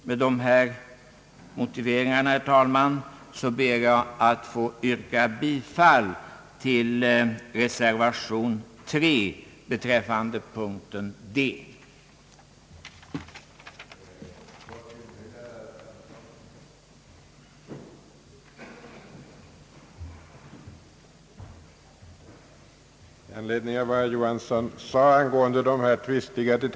Med dessa motiveringar, herr talman, ber jag att få yrka bifall till reservation III beträffande punkten D i utskottets hemställan.